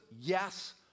Yes